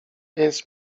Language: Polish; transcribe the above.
więc